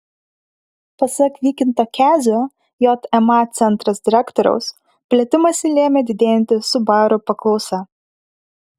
pasak vykinto kezio jma centras direktoriaus plėtimąsi lėmė didėjanti subaru paklausa